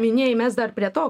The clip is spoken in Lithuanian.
minėjai mes dar prie to